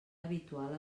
habitual